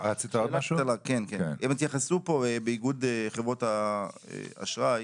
הם התייחסו פה באיגוד חברות האשראי